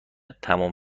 تموم